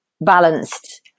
balanced